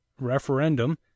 referendum